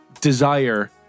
desire